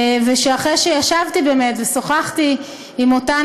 ואחרי שישבתי באמת ושוחחתי עם אותן